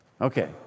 okay